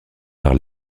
par